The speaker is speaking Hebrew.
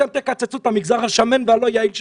אתם תקצצו את המגזר השמן והלא יעיל שלכם.